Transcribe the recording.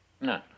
No